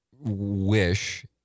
wish